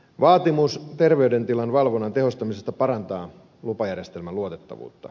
vaatimus terveydentilan valvonnan tehostamisesta parantaa lupajärjestelmän luotettavuutta